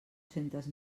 centes